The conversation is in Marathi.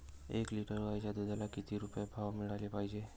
एक लिटर गाईच्या दुधाला किती रुपये भाव मिळायले पाहिजे?